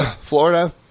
Florida